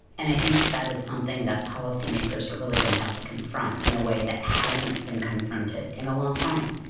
and i think that that is something that policymakers are really going to have to confront in a way that hasn't been confronted in a long time.